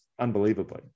unbelievably